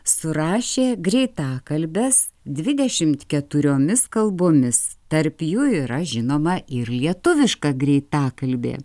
surašė greitakalbes dvidešimt keturiomis kalbomis tarp jų yra žinoma ir lietuviška greitakalbė